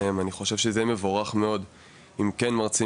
אני חושב שזה יהיה מבורך מאוד אם מרצים